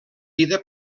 vida